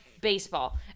baseball